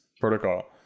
protocol